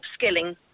upskilling